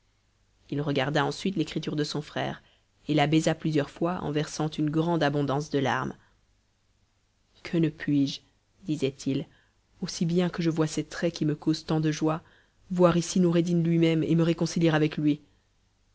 il regarda ensuite l'écriture de son frère et la baisa plusieurs fois en versant une grande abondance de larmes que ne puis-je disait-il aussi bien que je vois ces traits qui me causent tant de joie voir ici noureddin lui-même et me réconcilier avec lui